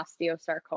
osteosarcoma